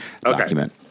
document